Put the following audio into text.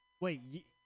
Wait